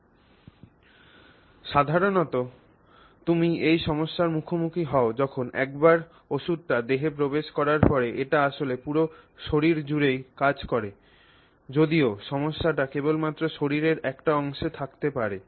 তবে সাধারণত তুমি এই সমস্যার মুখোমুখি হও যখন একবার ওষধটি দেহে প্রবেশ করার পরে এটি আসলে পুরো শরীর জুড়েই কাজ করে যদিও সমস্যাটি কেবলমাত্র শরীরের একটা অংশে থাকতে পারে